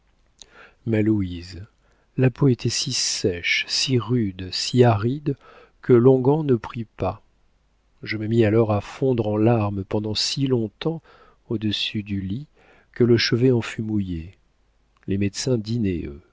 louise la peau était si sèche si rude si aride que l'onguent ne prit pas je me mis alors à fondre en larmes pendant si longtemps au-dessus du lit que le chevet en fut mouillé les médecins